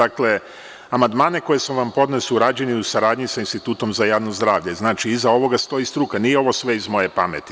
Amandmane koje sam vam podneo su urađeni u saradnji sa Institutom za javno zdravlje, iza ovoga stoji struka, nije ovo sve iz moje pameti.